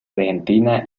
argentina